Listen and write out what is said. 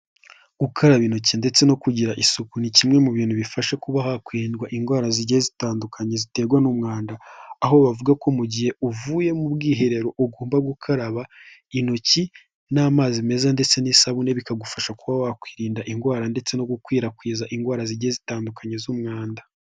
Gukaraba intoki ndetse no kugira isuku ni kimwe mu bintu bifasha kuba hakwirindwa indwara zigiye zitandukanye ziterwa n'umwanda, aho bavuga ko mu gihe uvuye mu bwiherero ugomba gukaraba intoki n'amazi meza ndetse n'isabune, bikagufasha kuba wakwirinda indwara ndetse no gukwirakwiza indwara zigiye zitandukanye z'umwanda.